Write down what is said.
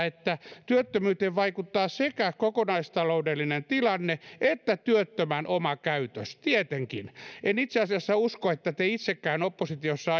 että työttömyyteen vaikuttavat sekä kokonaistaloudellinen tilanne että työttömän oma käytös tietenkin en itse asiassa usko että te itsekään oppositiossa